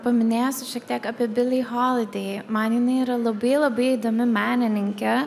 paminėsiu šiek tiek apie bili holidei man jinai yra labai labai įdomi menininkė